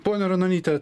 pone ranonyte